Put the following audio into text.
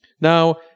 now